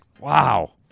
Wow